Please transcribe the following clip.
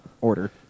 order